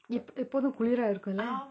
ipp~ எப்போது குளிரா இருக்குல:eppothu kulira irukula